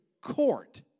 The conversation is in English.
court